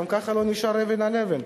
גם ככה לא נשארה אבן על אבן.